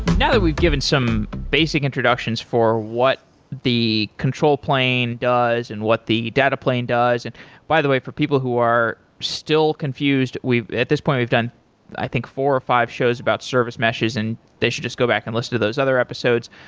now that we've given some basic introductions for what the control plane does and what the data plane does. and by the way, for people who are still confused, at this point we've done i think four or five shows about service meshes and they should just go back and listen to those other episodes.